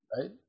Right